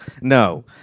No